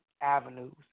avenues